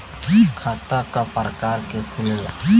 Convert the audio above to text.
खाता क प्रकार के खुलेला?